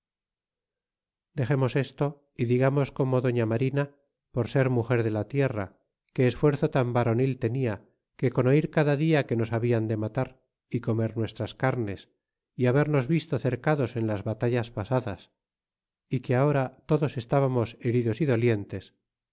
dexemos esto y digamos como doña marina por ser muger de la tierra que esfuerzo tau varonil tenia que con oir cada dia que nos hablan de matar y comer nuestras carnes y habernos visto cercados en las batallas pasadas y que ahora todos estábamos heridos y dolientes